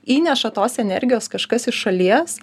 įneša tos energijos kažkas iš šalies